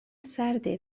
سرده